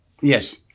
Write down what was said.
Yes